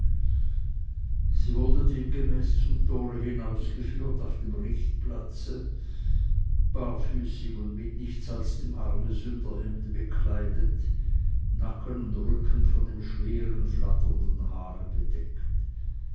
sie wurde demgemäß zum tore hinausgeführt nach dem richtplatze barfüßig und mit nichts als dem armensünderhemde bekleidet nacken und rücken von dem schweren flatternden haare bedeckt